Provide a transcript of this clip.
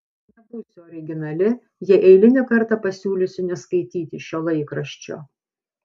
nebūsiu originali jei eilinį kartą pasiūlysiu neskaityti šio laikraščio